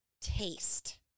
taste